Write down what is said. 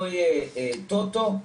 לא יהיה טוטו,